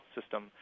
system